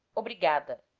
obrigada